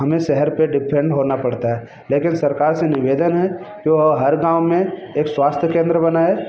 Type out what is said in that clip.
हमें शहर पर डिपेंड होना पड़ता है लेकिन सरकार से निवेदन है कि हर गाँव में एक स्वास्थ्य केंद्र बनाएं